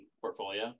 portfolio